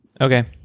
Okay